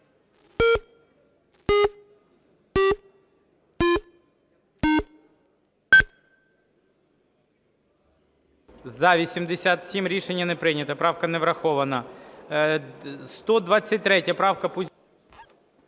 За-85 Рішення не прийнято. Правка не врахована. 230 правка,